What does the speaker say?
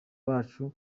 bacu